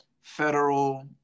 federal